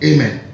Amen